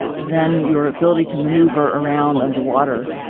then your ability to maneuver around underwater,